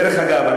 דרך אגב,